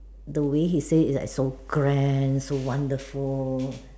the way he say it is like so grand so wonderful